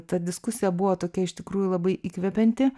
ta diskusija buvo tokia iš tikrųjų labai įkvepianti